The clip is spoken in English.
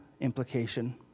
implication